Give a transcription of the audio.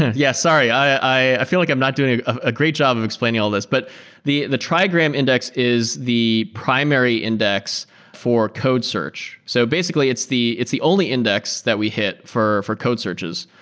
yes. sorry. i feel like i'm not doing a great job of explaining all these. but the the trigram index is the primary index for code search. so basically, it's the it's the only index that we hit for for code searches.